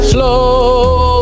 Flow